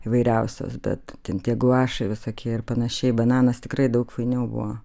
įvairiausios bet ten tie guašai visokie ir panašiai bananas tikrai daug fainiau buvo